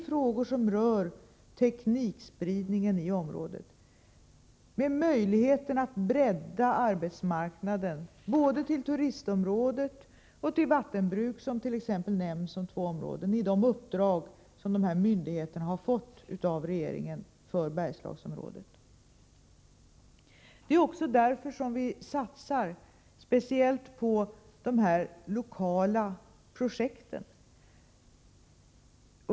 Frågor som rör teknikspridning i området och också möjligheterna att bredda arbetsmarknaden, både till turistområdet och till vattenbruk, ingår i de uppdrag som de här myndigheterna har fått av regeringen när det gäller Bergslagsområdet. Det är också därför som vi satsar speciellt på de lokala projekten.